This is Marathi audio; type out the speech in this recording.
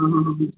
हां हां हां हां